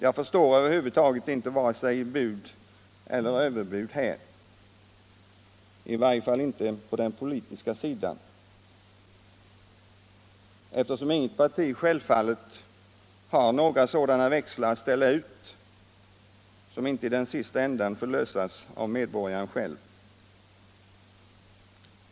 Jag förstår över huvud taget inte vare sig bud eller överbud här, i varje fall inte på den politiska sidan, eftersom självfallet inget parti kan ställa ut några växlar som inte i sista ändan får lösas av medborgarna själva.